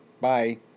Bye